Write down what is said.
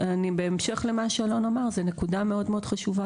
בהמשך למה שאלון אמר, זו נקודה מאוד חשובה